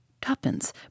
Tuppence